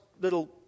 little